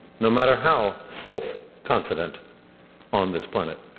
no matter how self-confident, on this planet.